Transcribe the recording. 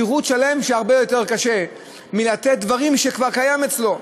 פירוט שלם שהוא הרבה יותר קשה מלתת דברים שכבר קיימים אצלו.